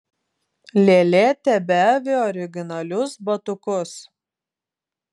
lėlė tebeavi originalius batukus